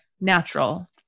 natural